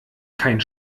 keinen